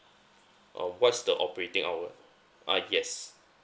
um what's the operating hour uh yes